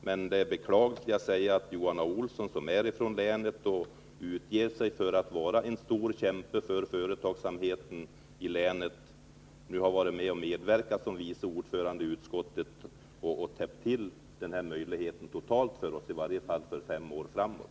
Men det är beklagligt att Johan Olsson, som är från länet och utger sig för att vara en stor förkämpe för företagsamheten i länet, har varit med i utskottet som vice ordförande och täppt till denna möjlighet totalt för åtminstone fem år framåt.